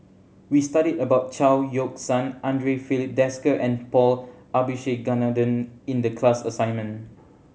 we studied about Chao Yoke San Andre Filipe Desker and Paul Abisheganaden in the class assignment